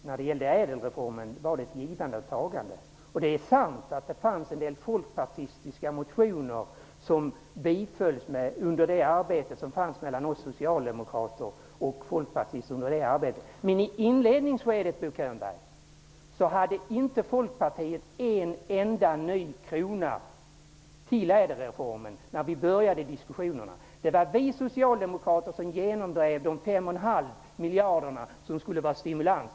Herr talman! Det är sant att det var ett givande och tagande i samband med ÄDEL-reformen. Det är också sant att det fanns ett par folkpartistiska motioner som bifölls under det samarbete som pågick mellan oss socialdemokrater och folkpartister. Men i inledningsskedet, när vi började diskussionerna, hade inte Folkpartiet en enda ny krona till ÄDEL-reformen, Bo Könberg! Det var vi socialdemokrater som drev igenom de 5,5 miljarder som skulle ge stimulans.